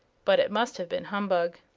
but it must have been humbug.